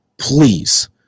please